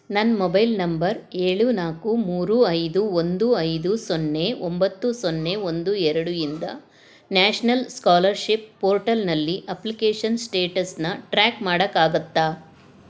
ನನ್ನ mobile number ಏಳು ನಾಲ್ಕು ಮೂರು ಐದು ಒಂದು ಐದು ಸೊನ್ನೆ ಒಂಬತ್ತು ಸೊನ್ನೆ ಒಂದು ಎರಡು ಇಂದ ನ್ಯಾಷನಲ್ ಸ್ಕಾಲರ್ಷಿಪ್ ಪೋರ್ಟಲ್ನಲ್ಲಿ ಅಪ್ಲಿಕೇಷನ್ ಸ್ಟೇಟಸ್ಸನ್ನ ಟ್ರ್ಯಾಕ್ ಮಾಡಕ್ಕಾಗತ್ತಾ